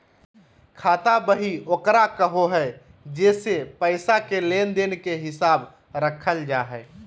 खाता बही ओकरा कहो हइ जेसे पैसा के लेन देन के हिसाब रखल जा हइ